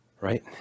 Right